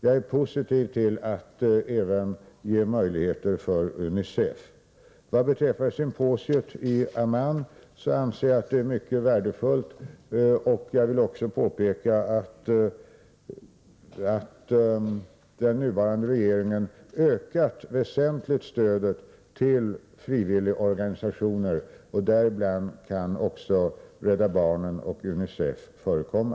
Jag är positiv till att ge möjligheter att medverka även för UNICEF. Vad beträffar symposiet i Amman vill jag säga att jag anser det vara mycket värdefullt. Jag vill också påpeka att den nuvarande regeringen väsentligt har ökat stödet till frivilligorganisationerna. Däribland kan också Röda korset och UNICEF förekomma.